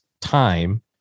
time